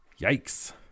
yikes